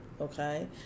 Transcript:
Okay